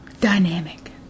Dynamic